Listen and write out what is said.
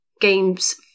games